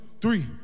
three